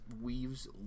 weaves